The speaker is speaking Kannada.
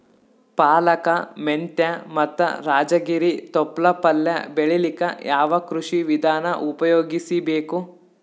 ಪಾಲಕ, ಮೆಂತ್ಯ ಮತ್ತ ರಾಜಗಿರಿ ತೊಪ್ಲ ಪಲ್ಯ ಬೆಳಿಲಿಕ ಯಾವ ಕೃಷಿ ವಿಧಾನ ಉಪಯೋಗಿಸಿ ಬೇಕು?